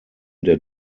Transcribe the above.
der